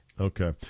Okay